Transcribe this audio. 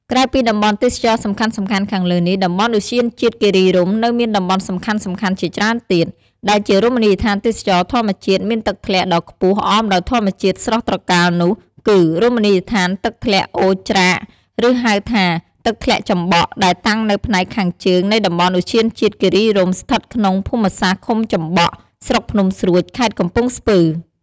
ក្រៅពីតំបន់ទេសចរណ៍សំខាន់ៗខាងលើនេះតំបន់ឧទ្យានជាតិគិរីរម្យ នៅមានតំបន់សំខាន់ៗជាច្រើនទៀត ដែលជារមណីយដ្ឋានទេសចរណ៍ធម្មជាតិមានទឹកធ្លាក់ដ៏ខ្ពស់អមដោយធម្មជាតិស្រស់ត្រកាលនោះ គឺរមណីយដ្ឋានទឹកធ្លាក់អូរច្រាក ឬហៅថា ទឹកធ្លាក់ចំបក់ ដែលតាំងនៅផ្នែកខាងជើងនៃតំបន់ឧទ្យានជាតិគិរីរម្យ ស្ថិតនៅក្នុងភូមិសាស្ត្រឃុំចំបក់ ស្រុកភ្នំស្រួច ខេត្តកំពង់ស្ពឺ។